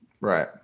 Right